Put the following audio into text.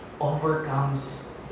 overcomes